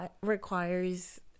requires